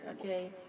Okay